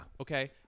Okay